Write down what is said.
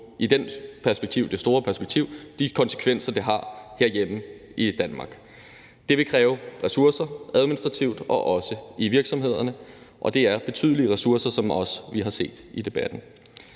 det store perspektiv og de konsekvenser, det har herhjemme i Danmark. Det vil kræve ressourcer, administrativt og også i virksomhederne, og det er betydelige ressourcer, som vi også har set i debatten.